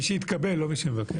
מי שמתקבל, ולא מי שמבקש.